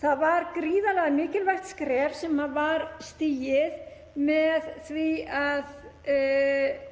Það var gríðarlega mikilvægt skref sem var stigið með því að